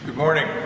morning